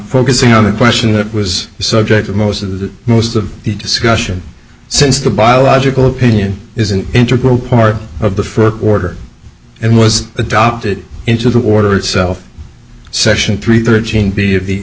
focusing on the question that was the subject of most of the most of the discussion since the biological opinion is an integral part of the first order and was adopted into the order itself section three thirteen